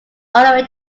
all